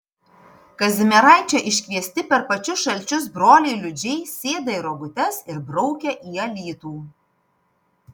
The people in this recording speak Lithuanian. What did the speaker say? kazimieraičio iškviesti per pačius šalčius broliai liudžiai sėda į rogutes ir braukia į alytų